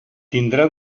tindrà